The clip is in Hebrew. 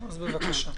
בבקשה.